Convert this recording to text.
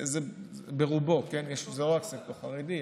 זה לא רק הסקטור החרדי,